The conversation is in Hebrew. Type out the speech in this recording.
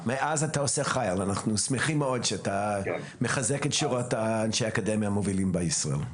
אנחנו שמחים מאוד שאתה מחזק את שורות אנשי האקדמיה המובילים בישראל.